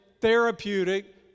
therapeutic